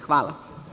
Hvala.